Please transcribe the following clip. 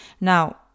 Now